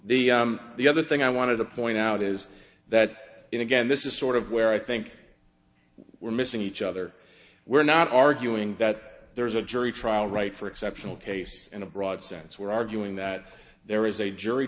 the the other thing i wanted to point out is that in again this is sort of where i think we're missing each other we're not arguing that there is a jury trial right for exceptional case in a broad sense we're arguing that there is a jury